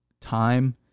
time